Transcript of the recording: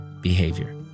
behavior